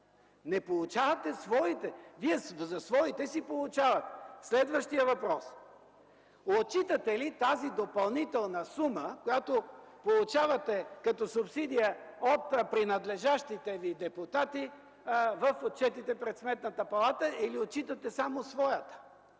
Не получавате своите. Вие за своите си ги получавате. Следващият въпрос. Отчитате ли тази допълнителна сума, която получавате като субсидия от принадлежащите ви депутати в отчетите пред Сметната палата, или отчитате само своята?